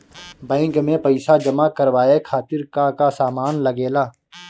Bank में पईसा जमा करवाये खातिर का का सामान लगेला?